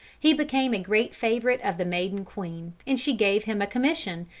he became a great favorite of the maiden queen, and she gave him a commission,